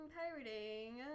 Pirating